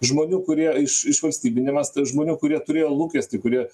žmonių kurie iš išvalstybinimas tai žmonių kurie turėjo lūkestį kurie